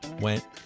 went